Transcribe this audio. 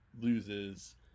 loses